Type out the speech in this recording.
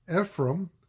Ephraim